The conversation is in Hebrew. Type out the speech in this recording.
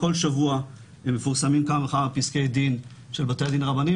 כל שבוע מפורסמים כמה וכמה פסקי דין של בתי הדין הרבניים,